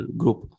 group